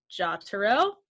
Jotaro